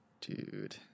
Dude